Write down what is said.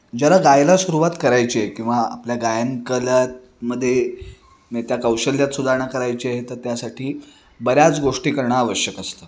ज्यांना गायला सुरवात करायची आहे किंवा आपल्या गायन कलेमध्ये म्हणजे त्या कौशल्यात सुधारणा करायची आहे तर त्यासाठी बऱ्याच गोष्टी करणं आवश्यक असतं